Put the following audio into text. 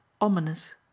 ominous